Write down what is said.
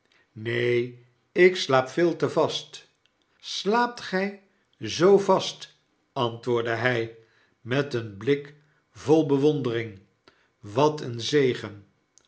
neen ik slaap veel te vast slaapt gjj zoo vast antwoordde hg met een blik vol bewondering wat een zegen